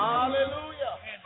Hallelujah